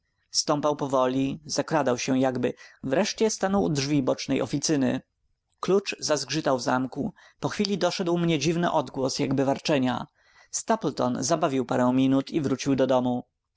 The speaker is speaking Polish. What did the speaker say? powoli zakradał się jakby wreszcie stanął u drzwi bocznej oficyny klucz zazgrzytał w zamku po chwili doszedł mnie dziwny odgłos jakby warczenia stapleton zabawił parę minut i wrócił do domu